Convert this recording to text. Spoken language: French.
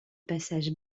passage